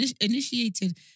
initiated